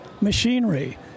machinery